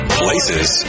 places